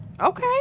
Okay